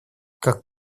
как